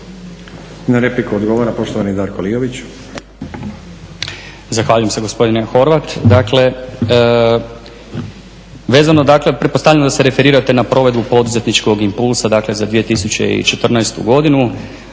Na repliku odgovora poštovani Darko Lijović. **Liović, Darko** Zahvaljujem se gospodine Horvat. Dakle, vezano dakle pretpostavljam da se referirate na provedbu poduzetničkog impulsa dakle za 2014. godinu.